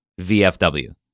VFW